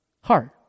heart